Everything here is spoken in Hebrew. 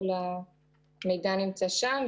כל המידע נמצא שם.